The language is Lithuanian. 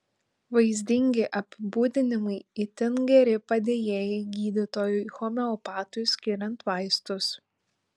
vaizdingi apibūdinimai itin geri padėjėjai gydytojui homeopatui skiriant vaistus